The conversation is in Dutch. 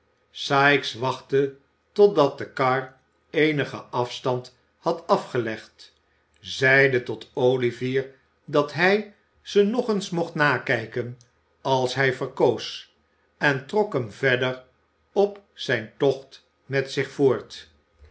sikes wachtte totdat de kar eenigen afstand had afgelegd zeide tot olivier dat hij ze nog eens olivier twist mocht nakijken als hij verkoos en trok hem verder op zijn tocht met zich voort